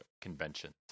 conventions